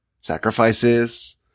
sacrifices